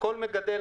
כל מגדל,